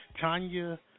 Tanya